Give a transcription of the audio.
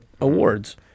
awards